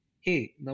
hey